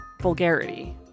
vulgarity